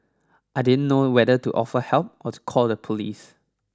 I didn't know whether to offer help or to call the police